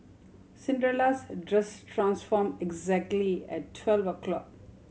Cinderella's dress transform exactly at twelve o' clock